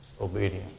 obedience